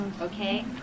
okay